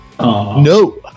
No